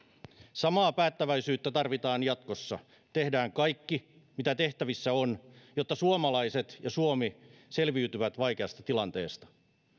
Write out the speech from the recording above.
samaa päättäväisyyttä tarvitaan jatkossa tehdään kaikki mitä tehtävissä on jotta suomalaiset ja suomi selviytyvät vaikeasta tilanteesta